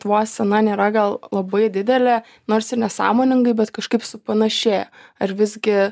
lietuvos scena nėra gal labai didelė nors ir nesąmoningai bet kažkaip supanašėja ar visgi